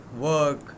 work